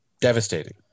devastating